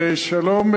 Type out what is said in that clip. שלום,